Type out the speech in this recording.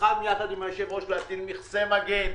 נלחם ביחד עם היושב-ראש להטיל מכסי מגן,